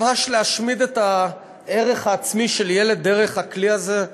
ממש להשמיד את הערך העצמי של ילד דרך הכלי הזה?